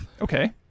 Okay